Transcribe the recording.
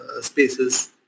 spaces